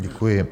Děkuji.